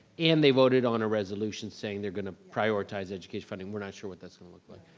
and they voted on a resolution saying they're going to prioritize education funding, we're not sure what that's gonna look like.